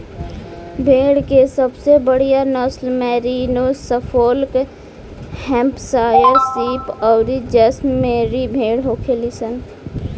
भेड़ के सबसे बढ़ियां नसल मैरिनो, सफोल्क, हैम्पशायर शीप अउरी जैसलमेरी भेड़ होखेली सन